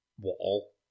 wall